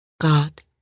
God